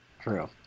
True